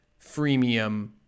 freemium